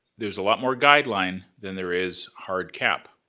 there's a lot more guideline than there is hard cap,